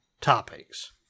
topics